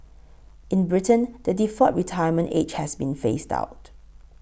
in Britain the default retirement age has been phased out